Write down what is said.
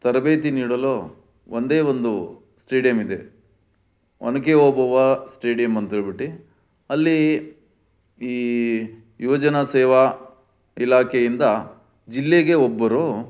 ತರಬೇತಿ ನೀಡಲು ಒಂದೇ ಒಂದು ಸ್ಟೇಡ್ಯಮ್ ಇದೆ ಒನಕೆ ಓಬವ್ವ ಸ್ಟೇಡ್ಯಮ್ ಅಂತ ಹೇಳ್ಬಿಟ್ಟು ಅಲ್ಲಿ ಈ ಯೋಜನಾ ಸೇವಾ ಇಲಾಖೆಯಿಂದ ಜಿಲ್ಲೆಗೆ ಒಬ್ಬರು